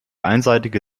einseitige